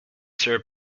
served